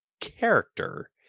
character